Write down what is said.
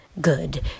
good